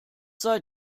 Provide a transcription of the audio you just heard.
sei